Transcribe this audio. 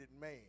man